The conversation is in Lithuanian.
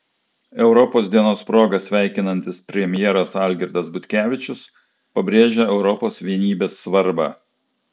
europos dienos proga sveikinantis premjeras algirdas butkevičius pabrėžia europos vienybės svarbą